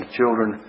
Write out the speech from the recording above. children